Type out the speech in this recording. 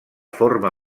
forma